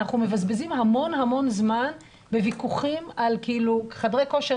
אנחנו מבזבזים המון המון זמן בוויכוחים על חדרי כושר,